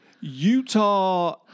Utah